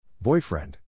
Boyfriend